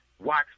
Watch